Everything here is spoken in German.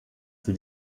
für